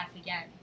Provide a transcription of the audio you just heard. again